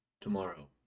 Tomorrow